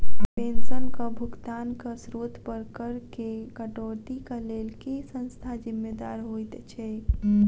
पेंशनक भुगतानक स्त्रोत पर करऽ केँ कटौतीक लेल केँ संस्था जिम्मेदार होइत छैक?